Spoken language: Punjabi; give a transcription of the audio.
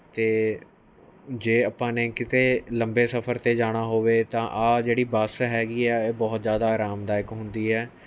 ਤੇ ਜੇ ਆਪਾਂ ਨੇ ਕਿਤੇ ਲੰਬੇ ਸਫਰ ਤੇ ਜਾਣਾ ਹੋਵੇ ਤਾਂ ਆਹ ਜਿਹੜੀ ਬੱਸ ਹੈਗੀ ਆ ਇਹ ਬਹੁਤ ਜ਼ਿਆਦਾ ਆਰਾਮਦਾਇਕ ਹੁੰਦੀ ਐ